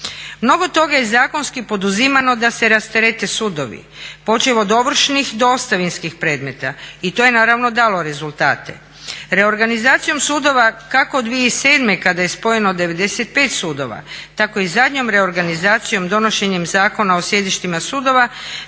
Mnogo toga je zakonski poduzimano da se rasterete sudovi, počev od ovršnih do ostavinskih predmeta i to je naravno dalo rezultate. Reorganizacijom sudova kako od 2007. kada je spojeno 95 sudova tako i zadnjom reorganizacijom donošenjem Zakona o sjedištima sudova